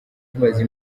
tumaze